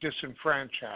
disenfranchised